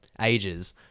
ages